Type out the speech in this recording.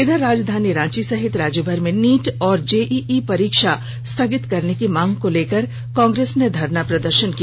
इधर राजधानी रांची सहित राज्यभर में नीट और जेईई परीक्षा स्थगित करने की मांग को लेकर कांग्रेस ने धरना प्रदर्शन किया